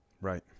right